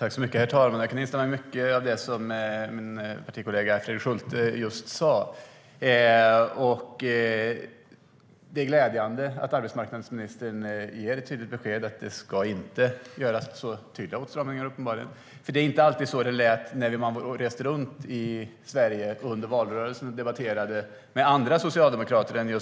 Herr talman! Jag kan instämma i mycket av det som min partikollega Fredrik Schulte just sa. Det är glädjande att arbetsmarknadsministern ger ett tydligt besked om att det uppenbarligen inte ska göras tydliga åtstramningar. Så lät det inte alltid när man reste runt i Sverige under valrörelsen och debatterade med andra socialdemokrater än